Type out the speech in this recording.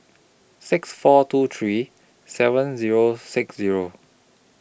six four two three seven Zero six Zero